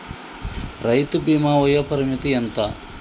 రైతు బీమా వయోపరిమితి ఎంత?